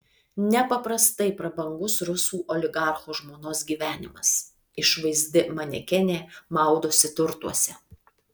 nepaprastai prabangus rusų oligarcho žmonos gyvenimas išvaizdi manekenė maudosi turtuose